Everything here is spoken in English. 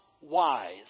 wise